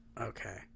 Okay